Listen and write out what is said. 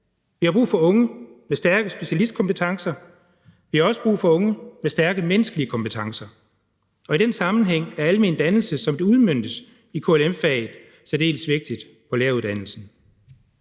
Vi har brug for unge med stærke specialistkompetencer. Vi har også brug for unge med stærke menneskelige kompetencer, og i den sammenhæng er almendannelse, som det udmøntes i KLM-fag, særdeles vigtigt på læreruddannelsen.